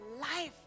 life